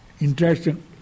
interesting